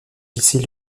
lycée